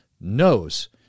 knows